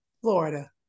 Florida